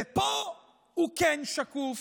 ופה הוא כן שקוף.